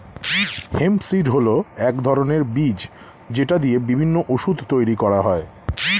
hemp seed হল এক ধরনের বীজ যেটা দিয়ে বিভিন্ন ওষুধ তৈরি করা হয়